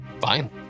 fine